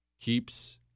Keeps